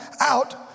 out